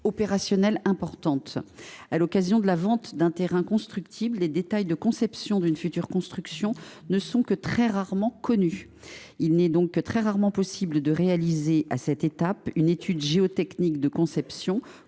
opérationnelles importantes. À l’occasion de la vente d’un terrain constructible, les détails de conception d’une future construction ne sont que très rarement connus. Il n’est donc guère possible de réaliser à cette étape une étude géotechnique de conception,